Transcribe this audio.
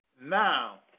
now